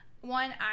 One